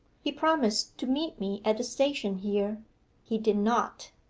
he promised to meet me at the station here he did not.